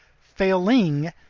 Failing